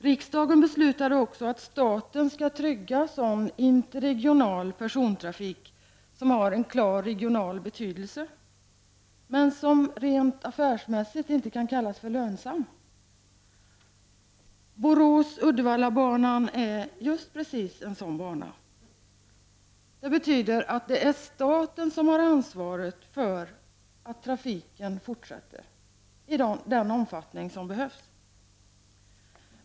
Riksdagen beslutade också att staten skall trygga sådan interregional persontrafik som har en klar regional betydelse men som rent affärsmässigt inte kan kallas för lönsam. Borås-Uddevalla-banan är just precis en sådan bana. Det betyder att staten har ansvaret för att trafiken fortsätter i den omfattning som behövs.